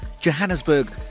Johannesburg